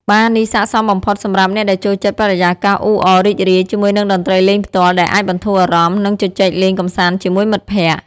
បារនេះស័ក្តិសមបំផុតសម្រាប់អ្នកដែលចូលចិត្តបរិយាកាសអ៊ូអរ រីករាយ ជាមួយនឹងតន្ត្រីលេងផ្ទាល់ដែលអាចបន្ធូរអារម្មណ៍ និងជជែកលេងកម្សាន្តជាមួយមិត្តភក្តិ។